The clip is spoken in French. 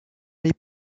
les